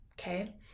Okay